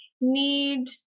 need